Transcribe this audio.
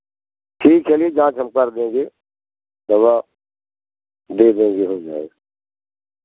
ठीक है चलिए जाँच हम कर देंगे दवा दे देंगे हो जाएगा